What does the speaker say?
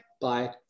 bye